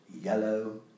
yellow